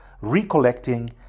recollecting